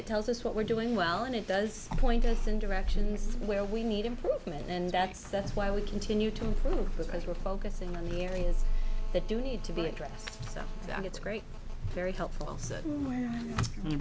it tells us what we're doing well and it does point us in directions where we need improvement and that's that's why we continue to improve because we're focusing on the area that do need to be addressed so it's great very helpful